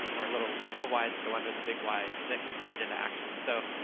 or little little why s that go under the big why that can put it into action. so,